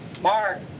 Mark